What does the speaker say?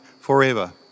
forever